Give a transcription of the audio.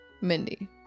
Mindy